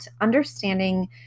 understanding